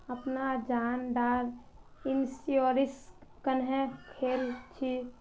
अपना जान डार इंश्योरेंस क्नेहे खोल छी?